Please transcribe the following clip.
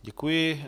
Děkuji.